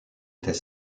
était